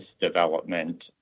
development